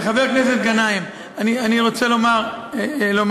חבר הכנסת גנאים, אני רוצה לומר מילה.